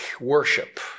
worship